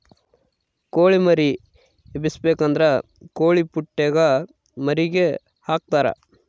ಕೊಳಿ ಮರಿ ಎಬ್ಬಿಸಬೇಕಾದ್ರ ಕೊಳಿಪುಟ್ಟೆಗ ಮರಿಗೆ ಹಾಕ್ತರಾ